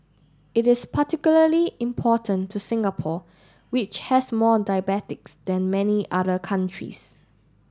it is particularly important to Singapore which has more diabetics than many other countries